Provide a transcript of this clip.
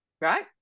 right